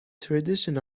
tradition